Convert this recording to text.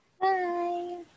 bye